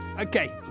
Okay